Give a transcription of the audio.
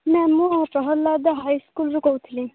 ନାଇଁ ମୁଁ ପ୍ରହଲ୍ଲାଦ ହାଇସ୍କୁଲରୁ କହୁଥିଲି